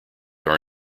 are